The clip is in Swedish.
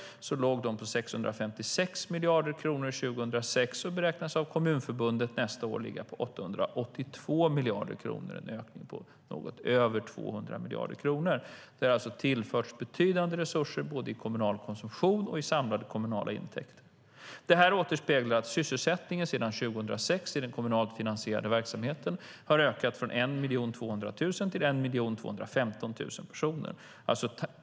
De låg på 656 miljarder kronor 2006 och beräknas av Kommunförbundet nästa år ligga på 882 miljarder kronor. Det är en ökning på något över 200 miljarder kronor. Det har alltså tillförts betydande resurser både i kommunal konsumtion och i samlade kommunala intäkter. Det här återspeglar att sysselsättningen sedan 2006 i den kommunalt finansierade verksamheten har ökat från 1 200 000 till 1 215 000 personer.